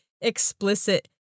explicit